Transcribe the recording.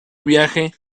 viaje